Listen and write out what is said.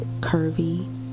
curvy